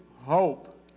hope